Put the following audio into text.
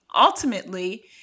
ultimately